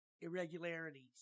irregularities